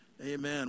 amen